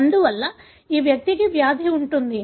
అందువల్ల ఈ వ్యక్తికి వ్యాధి ఉంటుంది